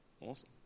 Awesome